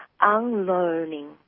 unlearning